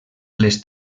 les